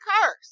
cars